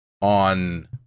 on